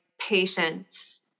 patience